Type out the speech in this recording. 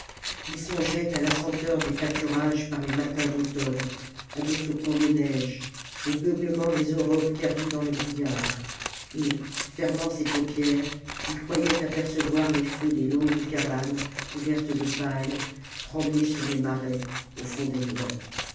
ii songeait à la senteur des pâturages par les matins d'automne à des flocons de neige aux beuglements des aurochs perdus dans le brouillard et fermant ses paupières il croyait apercevoir les feux des longues cabanes couvertes de paille trembler sur les marais au fond des bois